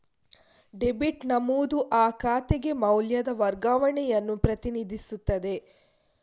debit ನಮೂದು ಆ ಖಾತೆಗೆ ಮೌಲ್ಯದ ವರ್ಗಾವಣೆಯನ್ನು ಪ್ರತಿನಿಧಿಸುತ್ತದೆ